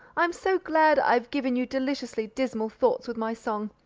i'm so glad i've given you deliciously dismal thoughts with my song!